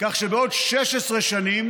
שבעוד 16 שנים